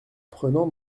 prenant